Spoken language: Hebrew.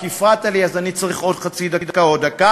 כי הפרעת לי אז אני צריך עוד חצי דקה או דקה,